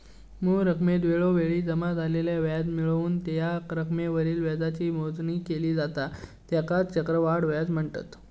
मूळ रकमेत वेळोवेळी जमा झालेला व्याज मिळवून या रकमेवरील व्याजाची मोजणी केली जाता त्येकाच चक्रवाढ व्याज म्हनतत